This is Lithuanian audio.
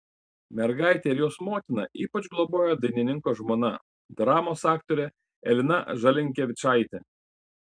mergaitę ir jos motiną ypač globojo dainininko žmona dramos aktorė elena žalinkevičaitė